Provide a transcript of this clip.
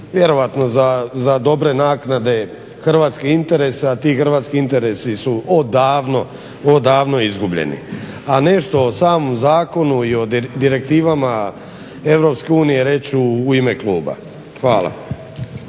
vjerovatno za dobre naknade hrvatske interese, a ti hrvatski interesi su odavno izgubljeni. A nešto o samom zakonu i o direktivama Europske unije reći ću u ime kluba. Hvala.